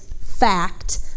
fact